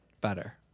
better